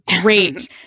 great